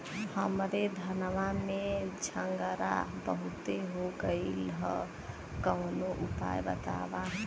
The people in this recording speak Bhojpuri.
हमरे धनवा में झंरगा बहुत हो गईलह कवनो उपाय बतावा?